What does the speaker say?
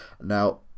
Now